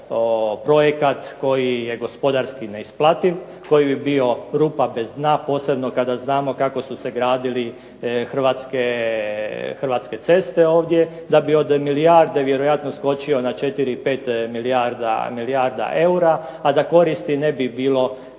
hrvatske ceste ovdje, da bi od milijarde vjerojatno skočio na 4, 5 milijardi eura, a da koristi ne bi bilo